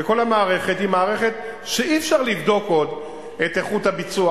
וכל המערכת היא מערכת שאי-אפשר לבדוק עוד את איכות הביצוע.